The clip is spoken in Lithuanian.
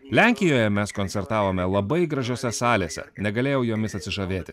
lenkijoje mes koncertavome labai gražiose salėse negalėjau jomis atsižavėti